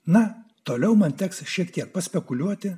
na toliau man teks šiek tiek paspekuliuoti